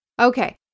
okay